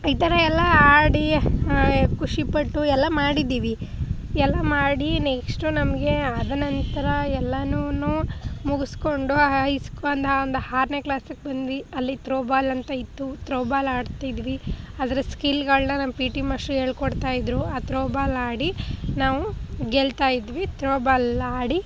ಈ ಥರ ಎಲ್ಲ ಆಡಿ ಖುಷಿಪಟ್ಟು ಎಲ್ಲ ಮಾಡಿದ್ದೀವಿ ಎಲ್ಲ ಮಾಡಿ ನೆಕ್ಸ್ಟು ನಮಗೆ ಅದನಂತ್ರ ಎಲ್ಲನೂನು ಮುಗಿಸ್ಕೊಂಡು ಹೈಸ್ಕೂ ಒಂದು ಒಂದು ಆರನೇ ಕ್ಲಾಸಿಗೆ ಬಂದ್ವಿ ಅಲ್ಲಿ ಥ್ರೋಬಾಲ್ ಅಂತ ಇತ್ತು ಥ್ರೋಬಾಲ್ ಆಡ್ತಿದ್ವಿ ಅದರ ಸ್ಕಿಲ್ಗಳನ್ನ ನಮ್ಮ ಪಿಟಿ ಮಾಷ್ಟ್ರು ಹೇಳ್ಕೊಡ್ತಾಯಿದ್ರು ಆ ಥ್ರೋಬಾಲ್ ಆಡಿ ನಾವು ಗೆಲ್ತಾಯಿದ್ವಿ ಥ್ರೋಬಾಲ್ ಆಡಿ